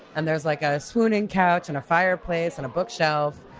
and there's like a swooning couch and a fireplace and a bookshelf.